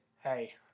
Hey